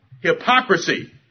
Hypocrisy